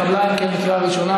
התקבלה בקריאה ראשונה,